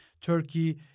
Turkey